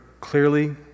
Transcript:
clearly